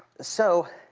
so,